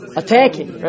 attacking